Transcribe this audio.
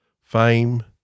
Fame